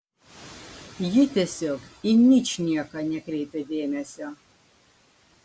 ji tiesiog į ničnieką nekreipė dėmesio